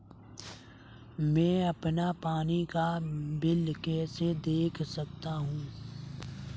मैं अपना पानी का बिल कैसे देख सकता हूँ?